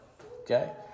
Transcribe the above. Okay